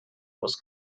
was